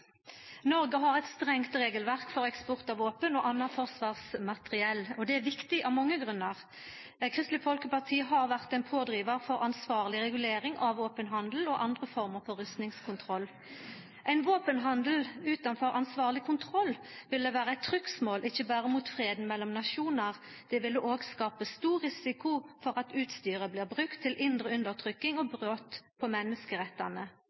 Noreg har eit strengt regelverk for eksport av våpen og anna forsvarsmateriell, og det er viktig av mange grunnar. Kristeleg Folkeparti har vore ein pådrivar for ansvarleg regulering av våpenhandel og andre former for rustingskontroll. Ein våpenhandel utanfor ansvarleg kontroll ville vera eit trugsmål ikkje berre mot fred mellom nasjonar, det vil òg skapa stor risiko for at utstyret blir brukt til indre undertrykking og brot på menneskerettane.